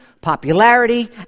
popularity